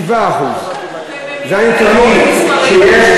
7%. אלה הנתונים שיש,